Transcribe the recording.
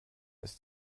ist